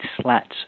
slats